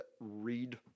read